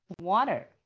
water